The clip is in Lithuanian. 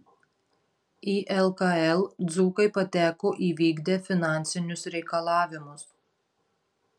į lkl dzūkai pateko įvykdę finansinius reikalavimus